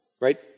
right